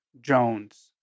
Jones